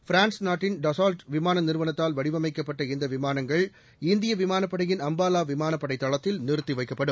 France நாட்டின் Dassault விமான நிறுவனத்தால் வடிவமைக்கப்பட்ட இந்த விமானங்கள் இந்திய விமானப்படையின் அம்பாலா விமானப் படைத் தளத்தில் நிறுத்திவைக்கப்படும்